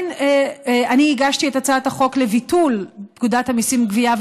אני הגשתי את הצעת החוק לביטול פקודת המיסים (גבייה),